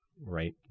right